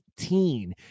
18